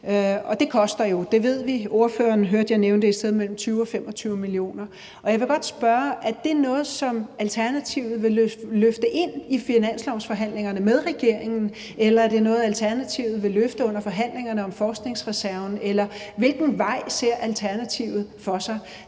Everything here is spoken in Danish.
Det koster jo, ved vi – jeg hørte ordføreren nævne et sted mellem 20 og 25 mio. kr. Jeg vil godt spørge, om det er noget, som Alternativet vil løfte ind i finanslovsforhandlingerne med regeringen, eller er det noget, Alternativet vil løfte under forhandlingerne om forskningsreserven? Hvilken vej ser Alternativet for sig?